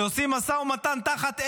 כשעושים משא ומתן תחת אש,